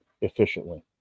efficiently